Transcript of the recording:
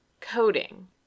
Coding